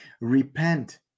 Repent